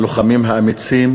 הלוחמים האמיצים